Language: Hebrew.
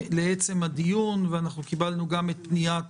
להצעת החוק וביום שישי אנחנו קיבלנו גם את פניית